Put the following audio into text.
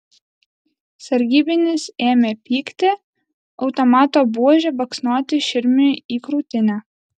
sargybinis ėmė pykti automato buože baksnoti širmiui į krūtinę